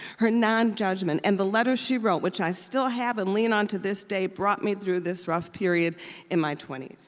her nonjudgment and the letters she wrote which i still have and lean on to this day brought me through this rough period in my twenty s.